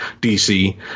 DC